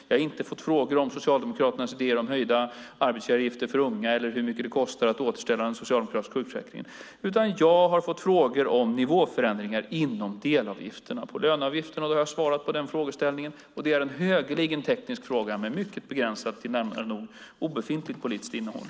Jag har inte fått frågor om Socialdemokraternas idéer om höjda arbetsgivaravgifter för unga eller hur mycket det kostar att återställa den socialdemokratiska sjukförsäkringen. Jag har fått frågor om nivåförändringar inom delavgifterna på löneavgifterna. Den frågeställningen har jag svarat på. Det är en högeligen teknisk fråga med mycket begränsat, nära nog obefintligt politiskt innehåll.